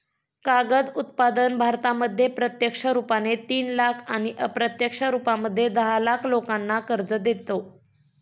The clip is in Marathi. कागद उत्पादन भारतामध्ये प्रत्यक्ष रुपाने तीन लाख आणि अप्रत्यक्ष रूपामध्ये दहा लाख लोकांना रोजगार देतो